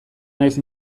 naiz